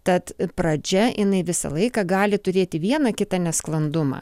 tad pradžia jinai visą laiką gali turėti vieną kitą nesklandumą